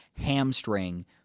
hamstring